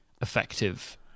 effective